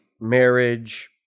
marriage